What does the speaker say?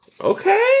Okay